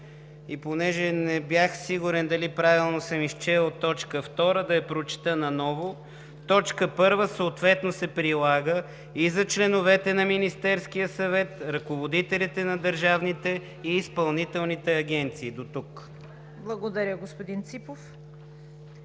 И понеже не бях сигурен дали правилно съм изчел точка втора, да я прочета наново: „2. Точка първа съответно се прилага и за членовете на Министерския съвет, ръководителите на държавните и изпълнителните агенции.“ Дотук. ПРЕДСЕДАТЕЛ ЦВЕТА